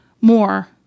more